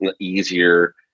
easier